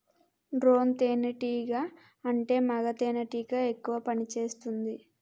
drone తేనే టీగా అంటే మగ తెనెటీగ ఎక్కువ పని చేస్తుంది